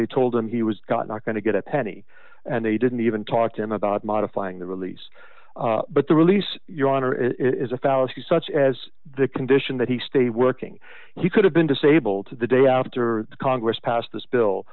they told him he was got not going to get a penny and they didn't even talk to him about modifying the release but the release your honor is a fallacy such as the condition that he stay working he could have been disabled to the day after congress passed this bill